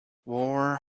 war